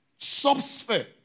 subsphere